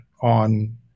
on